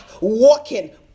walking